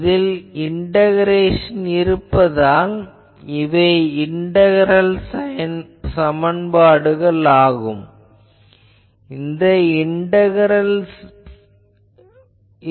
இதில் இண்டகரேஷன் இருப்பதால் இவை இண்டகரல் சமன்பாடுகள் ஆகும்